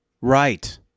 Right